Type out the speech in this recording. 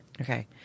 Okay